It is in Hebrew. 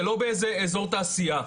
ולא באיזה איזור תעשייה.